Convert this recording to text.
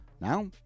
Now